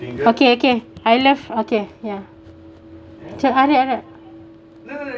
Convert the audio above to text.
okay okay I left okay ya to othe~ other